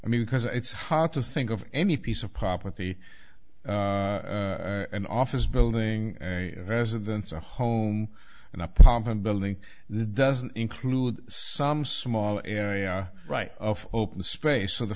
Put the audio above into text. mean because it's hard to think of any piece of property an office building a residence a home and a prominent building doesn't include some small area right of open space so the